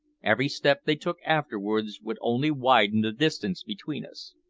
every step they took afterwards would only widen the distance between us.